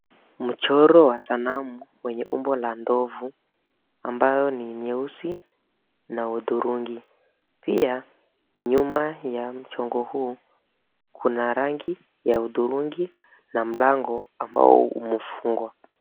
Mchoro wa sanamu wenye umbo la ndovu ambayo ni nyeusi na hudhurungi. Pia nyuma ya mchongo huu kuna rangi ya hudhurungi na mlango ambao umefungwa.